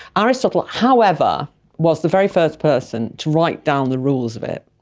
aristotle however was the very first person to write down the rules of it.